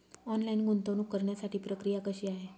Online गुंतवणूक करण्यासाठी प्रक्रिया कशी आहे?